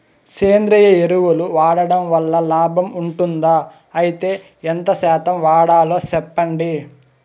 సేంద్రియ ఎరువులు వాడడం వల్ల లాభం ఉంటుందా? అయితే ఎంత శాతం వాడాలో చెప్పండి?